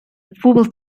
fuel